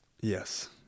Yes